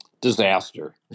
disaster